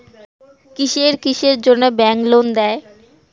কিসের কিসের জন্যে ব্যাংক লোন দেয়?